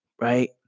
right